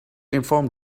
inform